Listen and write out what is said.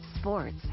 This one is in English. sports